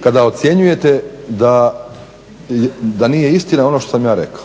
kada ocjenjujete da nije istina ono što sam ja rekao,